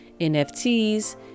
nfts